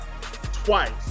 twice